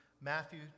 Matthew